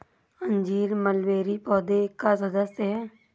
अंजीर मलबेरी पौधे का सदस्य है